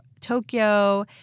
Tokyo